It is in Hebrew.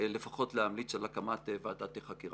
אני מבקש שתיתן לי את זכות הדיבור בבקשה.